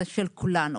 זה של כולנו.